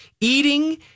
eating